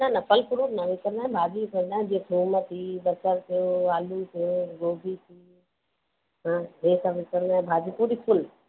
न न फ़ल फ़्रूट न विकिणींदा आहियूं भाॼी विकिणींदा आहियूं जीअं थूम थी बसर थियो आलू थियो गोभी थी हा हीअ सभु विकिणींदा आहियूं भाॼियूं पूरी फ़ुल